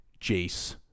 Jace